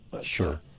Sure